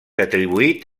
atribuït